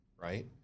right